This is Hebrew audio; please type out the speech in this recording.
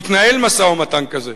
יתנהל משא-ומתן כזה.